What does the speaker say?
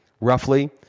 roughly